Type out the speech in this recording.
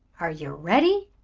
are you ready?